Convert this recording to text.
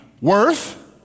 Worth